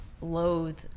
loathe